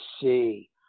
see